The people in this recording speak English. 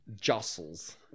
Jostles